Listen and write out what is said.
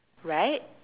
right